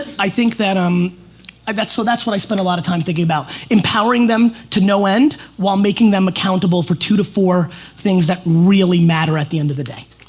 i think that um that's so that's what i spend a lot of time thinking about. empowering them to no end while making them accountable for two to four things, that really matter at the end of the day.